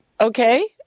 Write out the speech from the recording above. Okay